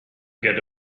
get